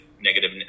negative